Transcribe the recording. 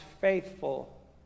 faithful